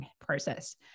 process